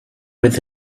with